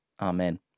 amen